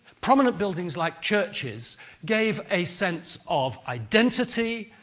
prominent buildings like churches gave a sense of identity,